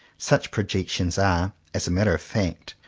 such projections are, as a matter of fact,